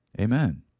Amen